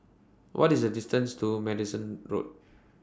What IS The distance to Madison Road